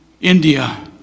India